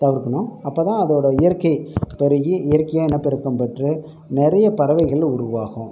தவிர்க்கணும் அப்போதான் அதோடய இயற்கை பெருகி இயற்கையாக இனப்பெருக்கம் பெற்று நிறைய பறவைகள் உருவாகும்